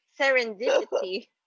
serendipity